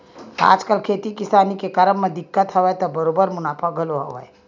आजकल खेती किसानी के करब म दिक्कत हवय त बरोबर मुनाफा घलो हवय